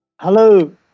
Hello